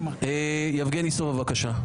יבגני סובה, בבקשה.